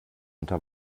unter